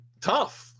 tough